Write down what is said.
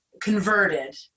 converted